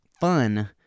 fun